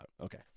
Okay